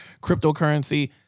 cryptocurrency